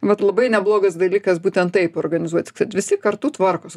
vat labai neblogas dalykas būtent taip organizuotis kad visi kartu tvarkosi